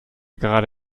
gerade